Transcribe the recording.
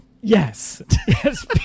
yes